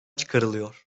çıkarılıyor